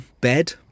bed